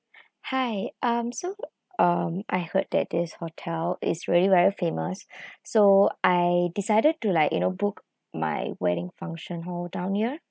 hi um so um I heard that this hotel is really very famous so I decided to like you know book my wedding function hall down here